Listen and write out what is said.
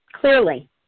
Clearly